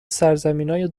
سرزمینای